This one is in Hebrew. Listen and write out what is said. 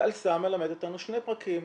"אל סם" מלמד אותנו שני פרקים: